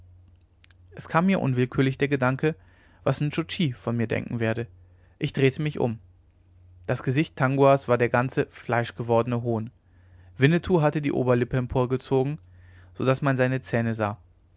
es kam mir unwillkürlich der gedanke was nscho tschi von mir denken werde ich drehte mich um das gesicht tanguas war der ganze fleischgewordene hohn winnetou hatte die oberlippe emporgezogen so daß man seine zähne sah